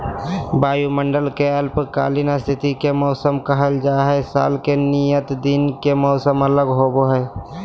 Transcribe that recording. वायुमंडल के अल्पकालिक स्थिति के मौसम कहल जा हई, साल के नियत दिन के मौसम अलग होव हई